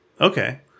Okay